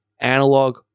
analog